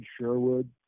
Sherwood